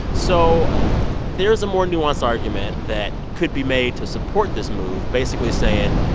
so there's a more nuanced argument that could be made to support this move, basically saying,